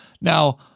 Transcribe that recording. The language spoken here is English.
Now